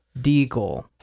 Deagle